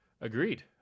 Agreed